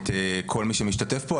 את כל מי שמשתתף פה.